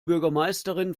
bürgermeisterin